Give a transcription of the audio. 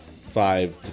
five